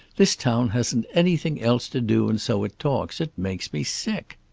this town hasn't anything else to do, and so it talks. it makes me sick.